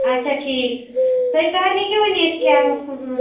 آچھا ٹھیٖک تُہۍ کَر ہیٚکِو وۄنۍ اِتھ کیاہ